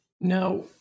Now